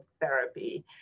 therapy